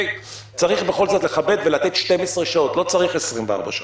צריך בכל זאת לכבד ולתת 12 שעות, לא צריך 24 שעות.